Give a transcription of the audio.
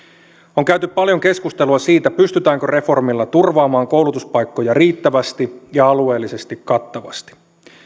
on käyty paljon keskustelua siitä pystytäänkö reformilla turvaamaan koulutuspaikkoja riittävästi ja alueellisesti kattavasti